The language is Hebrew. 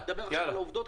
אני מדבר עכשיו על העובדות,